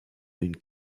une